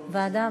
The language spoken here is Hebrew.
ועדה?